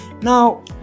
now